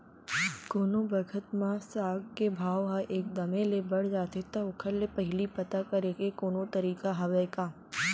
कोनो बखत म साग के भाव ह एक दम ले बढ़ जाथे त ओखर ले पहिली पता करे के कोनो तरीका हवय का?